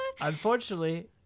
Unfortunately